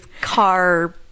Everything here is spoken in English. car